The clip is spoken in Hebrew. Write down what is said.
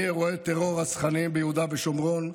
מאירועי טרור רצחניים ביהודה ושומרון,